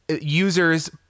users